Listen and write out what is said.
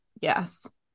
Yes